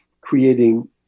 creating